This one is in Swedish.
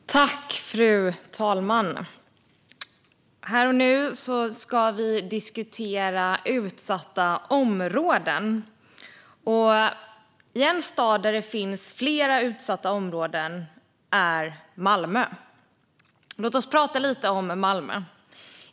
Riksrevisionens rapport om Polis-myndighetens arbete i utsatta områden Fru talman! Här och nu ska vi diskutera utsatta områden. En stad där det finns flera utsatta områden är Malmö. Låt oss prata lite om Malmö!